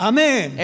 Amen